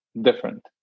different